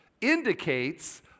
indicates